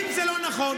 אם זה לא נכון,